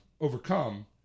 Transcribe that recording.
overcome